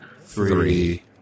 three